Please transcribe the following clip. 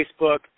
Facebook